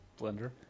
Blender